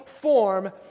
form